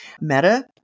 Meta